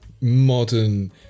modern